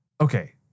Okay